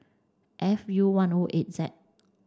F U one O eight Z